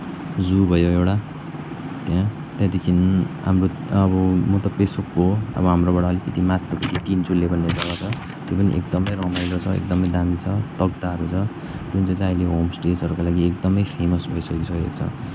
जू भयो एउटा त्यहाँ त्यहाँदेखि हाम्रो अब म त पेसोकको हो अब हाम्रोबाट अलिकति माथिल्लोपट्टि तिनचुले भन्ने जग्गा छ त्यो पनि एकदमै रमाइलो छ एकदमै दामी छ तकदाहहरू छ जुन चाहिँ चाहिँ अहिले होमस्टेजहरूको लागि एकदमै फेमस भइसकिसकेको छ